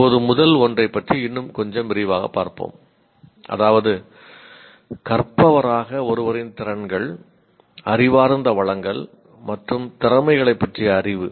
இப்போது முதல் ஒன்றைப் பற்றி இன்னும் கொஞ்சம் விரிவாகப் பார்ப்போம் அதாவது கற்பவராக ஒருவரின் திறன்கள் அறிவார்ந்த வளங்கள் மற்றும் திறமைகளைப் பற்றிய அறிவு